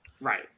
Right